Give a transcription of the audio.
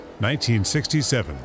1967